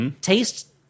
Taste